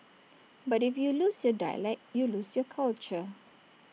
but if you lose your dialect you lose your culture